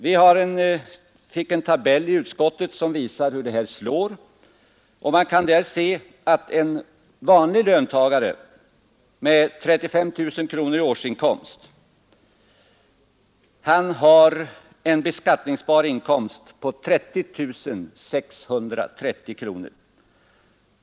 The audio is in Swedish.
Vi har i utskottet haft tillgång till en tabell som visar hur förslaget slår. Man kan där se att en vanlig löntagare med 35 000 kronor i årsinkomst har en beskattningsbar inkomst på 30 630 kronor.